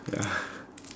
ya